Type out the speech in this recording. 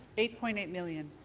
eight point eight million.